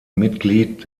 mitglied